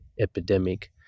epidemic